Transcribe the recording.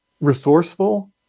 resourceful